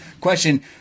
Question